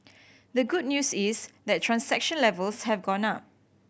the good news is that transaction levels have gone up